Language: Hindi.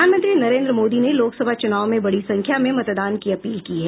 प्रधानमंत्री नरेन्द्र मोदी ने लोकसभा चुनाव में बड़ी संख्या में मतदान की अपील की है